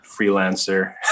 freelancer